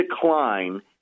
decline